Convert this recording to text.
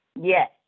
Yes